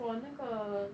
for 那个